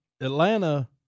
Atlanta